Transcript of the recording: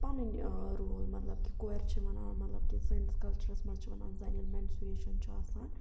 پَنٕنۍ رول مطلب کہِ کورِ چھِ وَنان مطلب کہِ سٲنِس کَلچَرَس مَنٛز چھِ وَنان زَنہِ ییٚلہِ مٮ۪نسُریشَن چھُ آسان